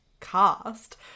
cast